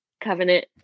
covenant